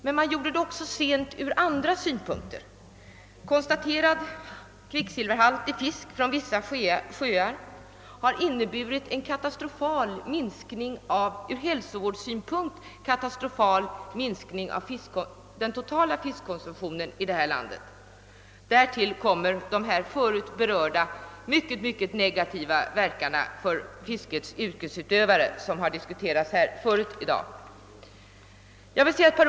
Man gjorde det också för sent ur andra synpunkter. Konstaterad kvicksilverhalt i fisk från vissa sjöar har inneburit en ur hälsosynpunkt olycklig minskning av den totala fiskkonsumtionen här i landet. Därtill kommer sedan de tidigare berörda mycket negativa verkningarna för fiskets yrkesutövare. Jag vill också säga några ord om biociderna.